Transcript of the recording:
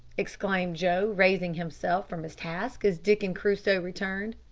exclaimed joe, raising himself from his task as dick and crusoe returned.